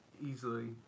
easily